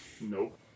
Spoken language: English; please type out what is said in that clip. Nope